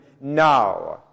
now